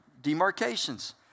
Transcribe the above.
demarcations